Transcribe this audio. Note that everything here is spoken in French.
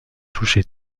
toucher